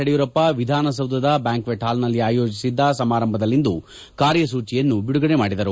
ಯಡಿಯೂರಪ್ಪ ವಿಧಾನಸೌಧದ ಬ್ಯಾಂಕ್ಷೆಟ್ ಪಾಲ್ನಲ್ಲಿ ಆಯೋಜಿಸಿದ್ದ ಸಮಾರಂಭದಲ್ಲಿಂದು ಕಾರ್ಯಸೂಚಿಯನ್ನು ಬಿಡುಗಡೆ ಮಾಡಿದರು